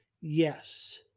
Yes